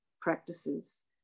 practices